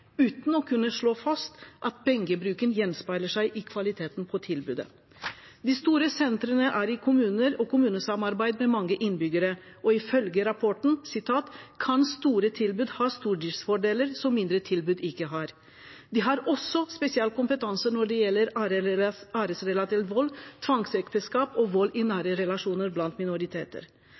uten å kunne slå fast at pengebruken gjenspeiler seg i kvaliteten på tilbudet. De store sentrene er i kommuner og kommunesamarbeid med mange innbyggere, og ifølge rapporten er det slik at «store tilbud kan ha stordriftsfordeler som mindre tilbud ikke har». De har også spesiell kompetanse når det gjelder æresrelatert vold, tvangsekteskap og vold i nære relasjoner blant minoriteter.